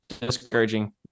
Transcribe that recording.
discouraging